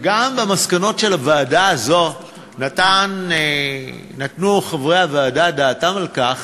ובמסקנות של הוועדה הזאת נתנו חברי הוועדה דעתם גם על כך